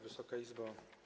Wysoka Izbo!